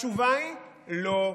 התשובה היא לא.